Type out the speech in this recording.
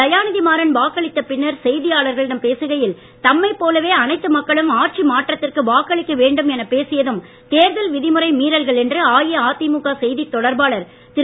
தயாநிதிமாறன் வாக்களித்த பின்னர் செய்தியாளர்களிடம் பேசுகையில் தம்மை போலவே அனைத்து மக்களும் ஆட்சி மாற்றத்திற்கு வாக்களிக்க வேண்டும் எனப் பேசியதும் தேர்தல் விதிழுறை மீறல்கள் என்று அஇஅதிமுக செய்தி தொடர்பாளர் திரு